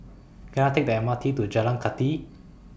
Can I Take The M R T to Jalan Kathi